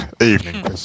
evening